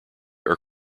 are